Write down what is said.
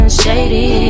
shady